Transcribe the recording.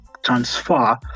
transfer